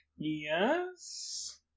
yes